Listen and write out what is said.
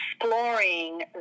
exploring